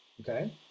Okay